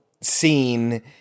scene